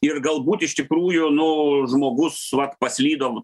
ir galbūt iš tikrųjų nu žmogus vat paslydom